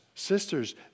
Sisters